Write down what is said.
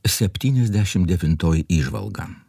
septyniasdešim devintoji įžvalga